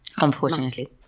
Unfortunately